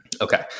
Okay